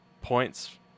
points